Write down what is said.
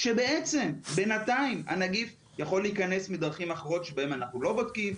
כשבעצם הנגיף יכול להיכנס בדרכים אחרות שבהן אנחנו לא בודקים.